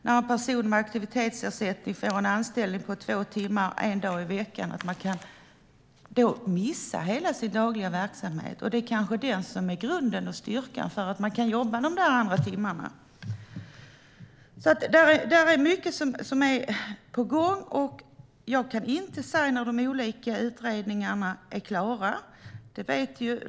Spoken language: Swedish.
När en person med aktivitetsersättning får en anställning på två timmar en dag i veckan kan denna person missa hela sin dagliga verksamhet, och det är kanske den som är grunden och styrkan för att denna person ska kunna jobba dessa timmar. Det är alltså mycket som är på gång, och jag kan inte säga när de olika utredningarna är klara.